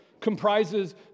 comprises